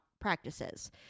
practices